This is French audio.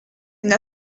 une